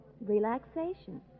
Relaxation